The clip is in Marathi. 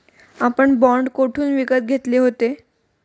आपण बाँड कोठून विकत घेतले होते?